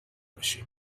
باشیم